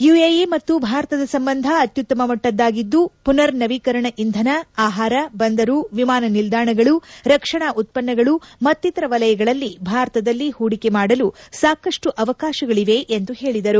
UAE ಮತ್ತು ಭಾರತದ ಸಂಬಂಧ ಅತ್ಯುತ್ತಮ ಮಟ್ಟದ್ಲಾಗಿದ್ದು ಪುನರ್ ನವೀಕರಣ ಇಂಧನ ಆಹಾರ ಬಂದರು ವಿಮಾನ ನಿಲ್ಲಾಣಗಳು ರಕ್ಷಣಾ ಉತ್ಪನ್ನಗಳು ಮತ್ತಿತರ ವಲಯಗಳಲ್ಲಿ ಭಾರತದಲ್ಲಿ ಹೂಡಿಕೆ ಮಾಡಲು ಸಾಕಷ್ಟು ಅವಕಾಶಗಳವೆ ಎಂದು ಹೇಳಿದರು